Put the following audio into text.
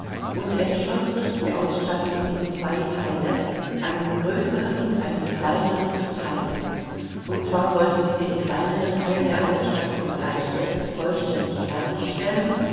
und entschloß sich die ausstattung in zwei teile einen größeren und einen kleineren zu teilen und zwar wollte sie den kleineren teil der ausstattung gleich jetzt vollständig